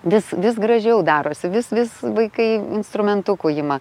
vis vis gražiau darosi vis vis vaikai instrumentų ima